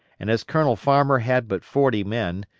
and as colonel farmer had but forty men,